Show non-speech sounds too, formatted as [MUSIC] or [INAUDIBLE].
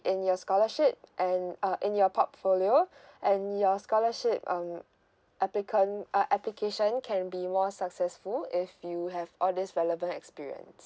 in your scholarship and uh in your portfolio [BREATH] and your scholarship um applicant uh application can be more successful if you have all this relevant experience